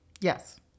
Yes